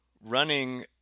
running